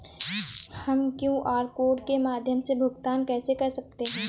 हम QR code के माध्यम से भुगतान कैसे कर सकते हैं?